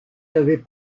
n’avait